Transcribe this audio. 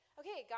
okay